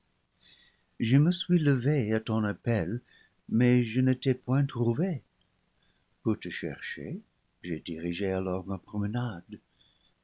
je me suis levée à ton appel mais je ne t'ai point trouvé pour te chercher j'ai dirigé alors ma promenade